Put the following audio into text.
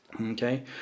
okay